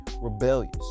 rebellious